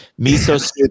Miso